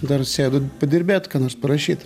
dar sėdu padirbėt ką nors parašyt